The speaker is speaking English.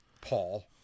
Paul